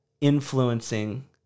influencing